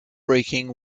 breaking